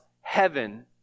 heaven